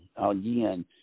Again